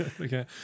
Okay